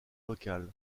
local